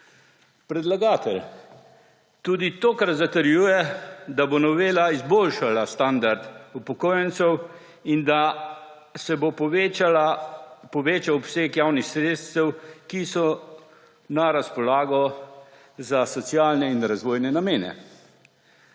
Predlagatelj tudi tokrat zatrjuje, da bo novela izboljšala standard upokojencev in da se bo povečal obseg javnih sredstev, ki so na razpolago za socialne in razvojne namene.